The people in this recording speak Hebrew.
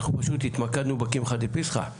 אנחנו פשוט התמקדנו בקמחא דפסחא,